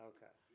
Okay